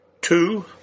Two